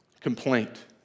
complaint